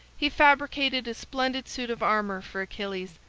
he fabricated a splendid suit of armor for achilles,